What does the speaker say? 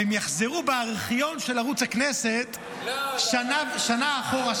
והם יחזרו בארכיון של ערוץ הכנסת שנה אחורה,